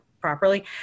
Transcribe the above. properly